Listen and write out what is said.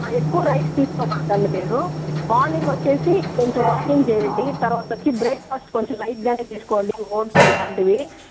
ఎక్కువ రైస్ తీసుకోకండి మీరూ మార్నింగ్ వచ్చేసి కొంచెం వాకింగ్ చేయండి తర్వాత వచ్చి బ్రేక్ఫాస్ట్ కొంచెం లైట్గానే తీసుకోండి ఓట్స్ ఇలాంటివి